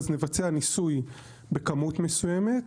אז נבצע ניסוי בכמות מסוימת.